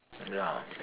ya